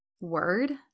word